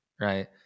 right